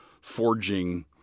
forging